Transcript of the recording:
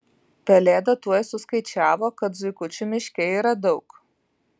pelėda tuoj suskaičiavo kad zuikučių miške yra daug